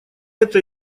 это